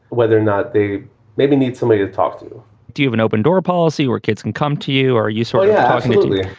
whether or not they maybe need somebody to talk to you do you have an open door policy where kids can come to you or are you sorry? yeah, absolutely.